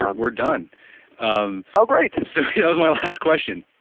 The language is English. um we're done um oh, great so here's my last question.